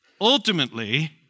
ultimately